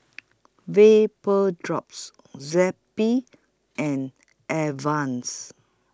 Vapodrops Zappy and Advance